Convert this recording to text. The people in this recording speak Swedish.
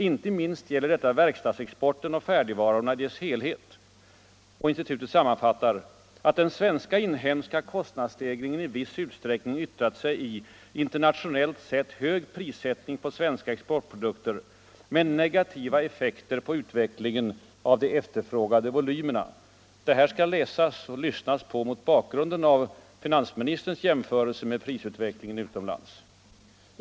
Inte minst gäller detta verkstadsexporten och färdigvarorna i deras helhet. Och institutet sammanfattar att ”den svenska inhemska kostnadsstegringen i viss utsträckning yttrat sig i internationellt sett hög prissättning på svenska exportprodukter med negativa effekter på utvecklingen av de efterfrågade volymerna”. Detta skall läsas och lyssnas på mot bakgrunden av finansministerns jämförelser med prisutvecklingen utomlands.